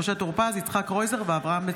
בנושא: